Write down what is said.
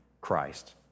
Christ